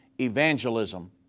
evangelism